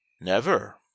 Never